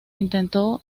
intentó